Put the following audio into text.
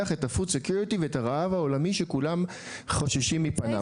את ה'פוד סקיוריטי' ואת הרעב העולמי שכולם חוששים מפניו.